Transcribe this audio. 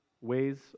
ways